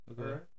Okay